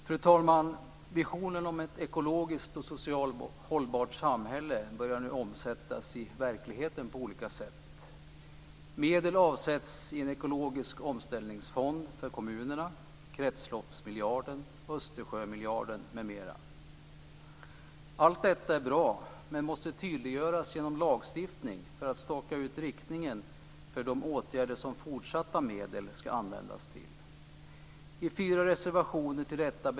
Fru talman! Visionen om ett ekologiskt och socialt hållbart samhälle börjar nu omsättas i verkligheten på olika sätt. Medel avsätts i en ekologisk omställningsfond för kommunerna - kretsloppsmiljarden, Östersjömiljarden m.m. Allt detta är bra men måste tydliggöras genom lagstiftning för att staka ut riktningen för de åtgärder som fortsatta medel skall användas till.